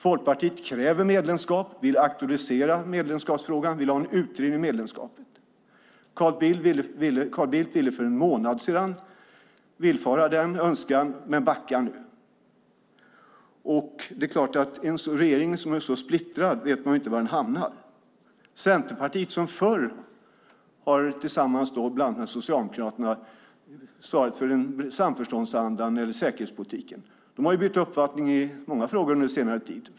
Folkpartiet kräver medlemskap, vill aktualisera medlemskapsfrågan och vill ha en utredning om medlemskapet. Carl Bildt ville för en månad sedan villfara denna önskan men backar nu. En regering som är så splittrad vet man ju inte var den hamnar. Centerpartiet som förr, tillsammans med bland annat Socialdemokraterna, har svarat för en samförståndsanda när det gäller säkerhetspolitiken har bytt uppfattning i många frågor under senare tid.